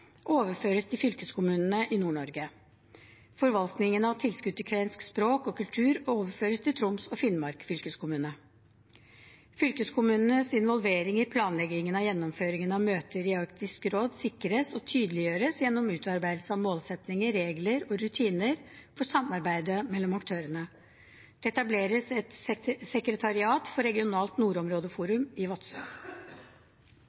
overføres til fylkeskommunene i Nord-Norge. Forvaltningen av tilskudd til kvensk språk og kultur overføres til Troms og Finnmark fylkeskommune. Fylkeskommunenes involvering i planleggingen av gjennomføringen av møter i Arktisk råd sikres og tydeliggjøres gjennom utarbeidelse av målsettinger, regler og rutiner for samarbeidet mellom aktørene. Det etableres et sekretariat for regionalt